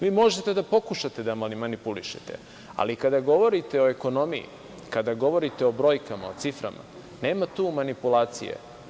Vi možete da pokušate da manipulišete, ali kada govorite o ekonomiji, kada govorite o brojkama, o ciframa, nema tu manipulacije.